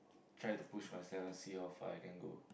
try to push myself see how far I can go